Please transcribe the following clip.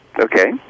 Okay